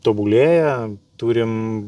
tobulėja turim